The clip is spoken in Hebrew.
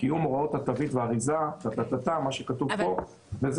קיום הוראות התווית והאריזה, כל מה שכתוב פה, זה